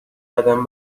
قدم